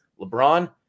LeBron